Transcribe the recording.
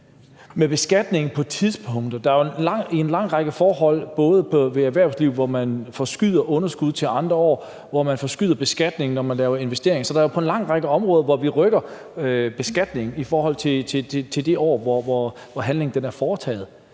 for beskatningen. Der er jo en lang række forhold, hvor man i erhvervslivet forskyder et underskud til andre år, hvor man forskyder beskatningen, når man laver investeringer. Så det er jo på en lang række områder, at vi rykker beskatningen i forhold til det år, hvor handlingen er foretaget.